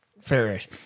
Fair-ish